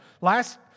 Last